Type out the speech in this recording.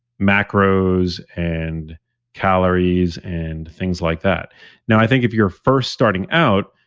macros and calories, and things like that now, i think if you're first starting out,